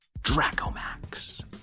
Dracomax